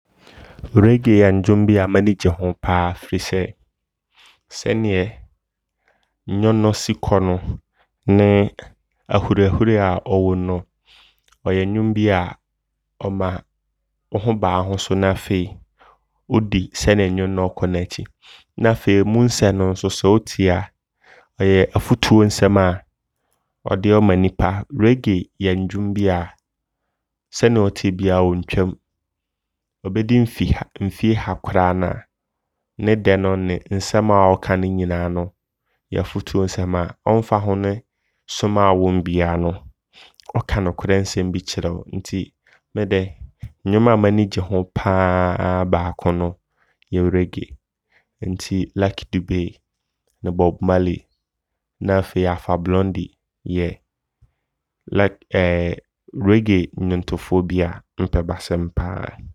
Raggae yɛ ndwom bia m'ani gye ho paa. Firi sɛ sɛneɛ nnwom no si kɔ no ne ahuriahuri a ɛwɔm no. Ɛyɛ nnwom bia ɔma wo ho ba wo ho so. Na afei wodi sɛneɛ nnwom no ɔɔkɔ n'akyi. Na afei mu nsɛm no nso sɛ wotie a ɔyɛ afutuo nsɛm a ɔde ɔɔma nnipa. Raggae yɛ ndwom bia sɛneɛ ɔteeɛ biaa ɔntwam. Ɔbɛdi mfe ha mfeɛ ha koraa na ne dɛ no ne nsɛm a ɔɔka no nyinaa no yɛ afutuo nsɛm a ɔmfa ho ne som a wo wɔm biaa no ɔka nokorɛ nsɛm bi kyerɛ wo. Nti medɛ nnwom a m'ani gye ho paa baako no yɛ Raggae. Nti Lucky Dube ne Bob Marley na afei Apha Blonde yɛ luck ɛɛɛrrmm nwontofoɔ bia mpɛ bɛasɛm paa.